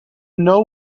know